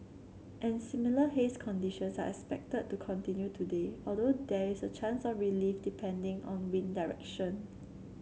and similar haze conditions are expected to continue today although there is a chance of relief depending on wind direction